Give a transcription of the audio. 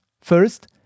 First